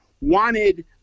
wanted